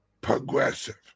progressive